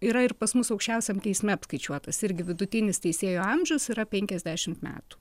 yra ir pas mus aukščiausiam teisme apskaičiuotas irgi vidutinis teisėjo amžius yra penkiasdešim metų